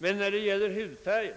Men när det gäller hudfärgen